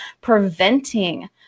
preventing